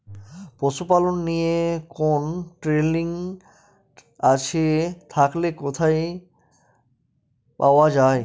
পশুপালন নিয়ে কোন ট্রেনিং আছে থাকলে কোথায় পাওয়া য়ায়?